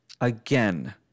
again